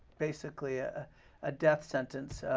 basically a ah death sentence